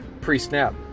pre-snap